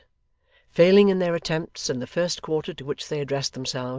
failing in their attempts, in the first quarter to which they addressed themselves,